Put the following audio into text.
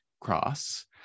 cross